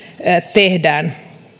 tehdään